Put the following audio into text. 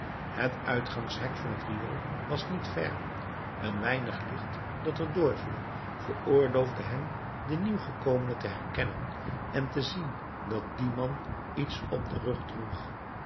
het uitgangshek van het riool was niet ver een weinig licht dat er door viel veroorloofde hem den nieuw gekomene te herkennen en te zien dat die man iets op den rug droeg